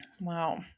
Wow